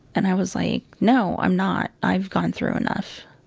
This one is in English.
and i was like, no, i'm not. i've gone through enough.